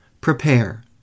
prepare